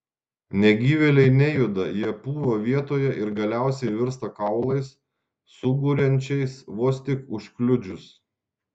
negyvėliai nejuda jie pūva vietoje ir galiausiai virsta kaulais sugūrančiais vos tik užkliudžius